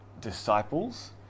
disciples